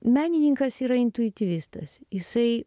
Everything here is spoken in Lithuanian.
menininkas yra intuityvizmas jisai